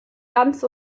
ganz